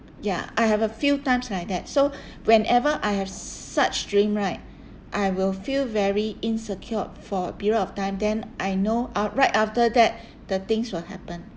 ya I have a few times like that so whenever I have such dream right I will feel very insecured for a period of time then I know uh right after that the things will happen